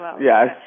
Yes